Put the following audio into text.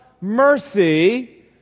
mercy